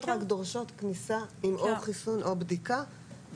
רק דורשות כניסה עם חיסון או בדיקה,